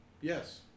yes